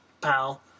pal